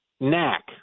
knack